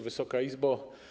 Wysoka Izbo!